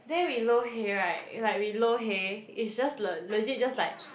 then we lo-hei right like we lo-hei it's just le~ legit just like